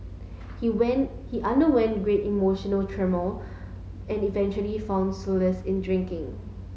he went he underwent great emotional turmoil and eventually found solace in drinking